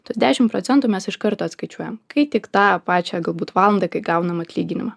tuos dešim procentų mes iš karto atskaičiuojam kai tik tą pačią galbūt valandą kai gaunam atlyginimą